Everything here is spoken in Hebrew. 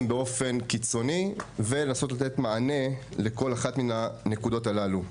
באופן קיצוני ולנסות לתת מענה לכל אחת מהבעיות הללו.